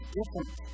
different